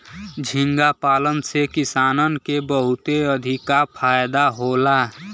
झींगा पालन से किसानन के बहुते अधिका फायदा होला